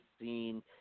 seen